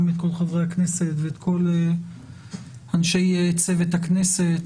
את כל חברי הכנסת ואת כל אנשי צוות הכנסת,